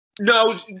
No